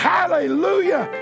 Hallelujah